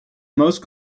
most